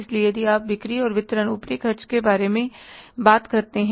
इसलिए यदि आप बिक्री और वितरण ऊपरी खर्चे के बारे में बात करते हैं